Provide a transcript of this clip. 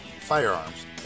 firearms